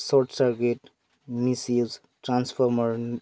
short circuit misuse transformer